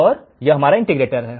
तो यह हमारा इंटीग्रेटर है